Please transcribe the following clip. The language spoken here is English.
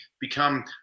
become